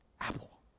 apple